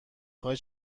خوای